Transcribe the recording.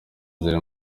ziri